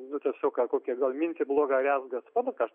nu tiesiog gal kokią gal mintį blogą rezga nu kas